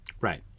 Right